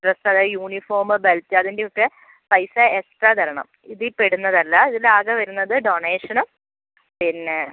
dress അതായത് uniform belt അതിൻ്റെയൊക്കെ പൈസാ എക്സ്ട്രാ തരണം ഇതിൽപ്പെടുന്ന അല്ലാ ഇതിൽ ആകെ വരുന്നത് ഡൊണേഷനും പിന്നെ